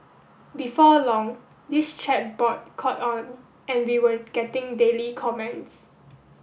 before long this chat board caught on and we were getting daily comments